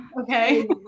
okay